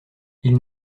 ils